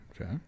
Okay